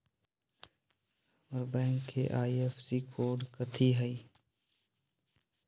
हमर बैंक के IFSC code कथि हई?